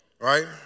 right